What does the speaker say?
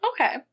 Okay